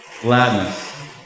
gladness